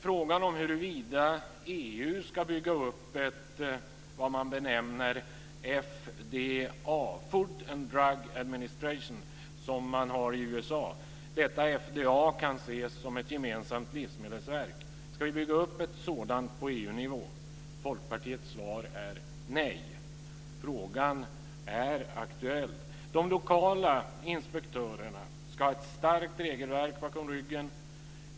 Frågan är huruvida EU ska bygga upp ett vad man benämner FDA, Food and Drug Administration, som man har i USA. Detta FDA kan ses som ett gemensamt livsmedelsverk. Ska vi bygga upp ett sådant på EU-nivå? Folkpartiets svar är nej. Frågan är aktuell. De lokala inspektörerna ska ha ett starkt regelverk bakom ryggen.